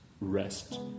rest